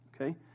Okay